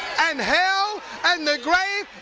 and hell and the grave?